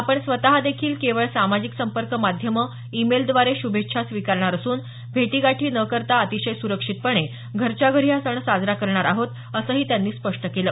आपण स्वत देखील केवळ सामाजिक संपर्क माध्यमं ईमेलद्वारे श्भेच्छा स्वीकारणार असून भेटीगाठी न करता अतिशय सुरक्षितपणे घरच्याघरी हा सण साजरा करणार आहोत असंही त्यांनी स्पष्ट केलं